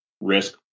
risk